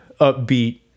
upbeat